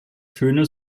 töne